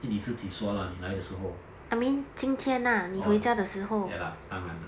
eh 你自己说 lah 你来的时候 orh ya lah 当然 lah